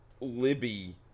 Libby